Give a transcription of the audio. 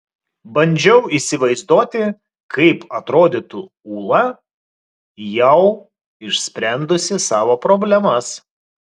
bandžiau įsivaizduoti kaip atrodytų ūla jau išsprendusi savo problemas